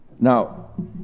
Now